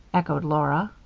echoed laura.